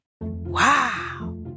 Wow